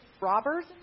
robbers